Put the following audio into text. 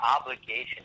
obligation